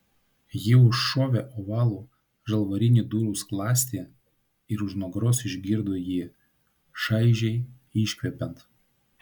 ji užšovė ovalų žalvarinį durų skląstį ir už nugaros išgirdo jį šaižiai iškvepiant